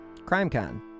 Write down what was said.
CrimeCon